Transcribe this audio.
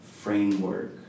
framework